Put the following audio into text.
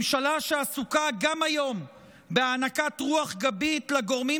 ממשלה שעסוקה גם היום בהענקת רוח גבית לגורמים